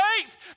faith